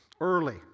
early